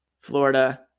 Florida